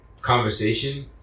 conversation